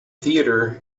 theater